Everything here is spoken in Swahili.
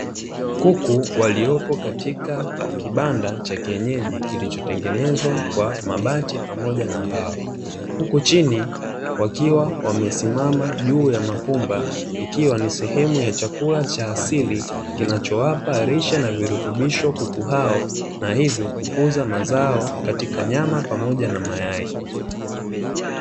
Kuku waliopo katika kibanda cha kienyeji kilichotengenezwa kwa mabati pamoja na mbao, huku chini wakiwa wamesimama juu ya mapumba ikiwa ni sehemu ya chakula cha asili kinachowapa lishe na virutubisho kuku hao, na hivyo kukuza mazao katika nyama pamoja na mayai.